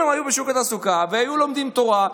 אם הם היו בשוק התעסוקה והיו לומדים תורה,